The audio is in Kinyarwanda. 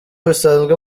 bisanzwe